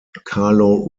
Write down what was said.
carlo